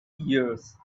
years